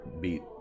beat